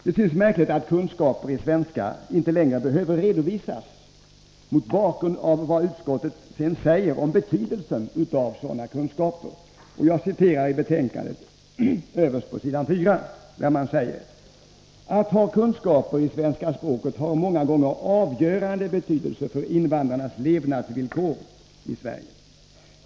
Det synes märkligt att kunskaper i svenska inte längre behöver redovisas mot bakgrund av vad utskottet sedan säger om betydelsen av sådana kunskaper: ”Att ha kunskaper i svenska språket har många gånger avgörande betydelse för invandrarnas levnadsvillkor i Sverige.